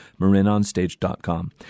marinonstage.com